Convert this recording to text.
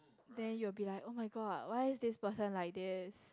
then you'll be like [oh]-my-god why is this person like this